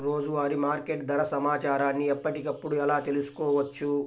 రోజువారీ మార్కెట్ ధర సమాచారాన్ని ఎప్పటికప్పుడు ఎలా తెలుసుకోవచ్చు?